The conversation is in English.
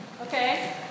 Okay